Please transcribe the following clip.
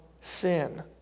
sin